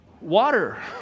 water